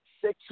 six